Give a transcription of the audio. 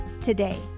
today